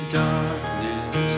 darkness